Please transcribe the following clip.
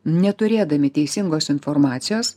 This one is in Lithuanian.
neturėdami teisingos informacijos